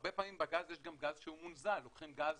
הרבה פעמים בגז יש גם גז מונזל, לוקחים גז